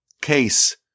case